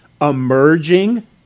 emerging